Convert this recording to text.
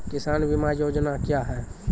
किसान बीमा योजना क्या हैं?